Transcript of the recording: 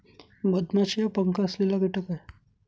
मधमाशी हा पंख असलेला कीटक आहे